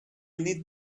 need